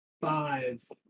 five